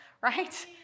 right